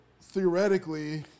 theoretically